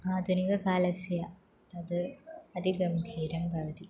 आधुनिककालस्य तद् अति गम्भीरं भवति